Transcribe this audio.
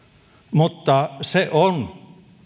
mutta se on